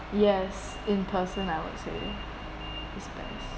yes in person I would say is best